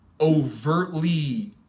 overtly